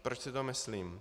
Proč si to myslím?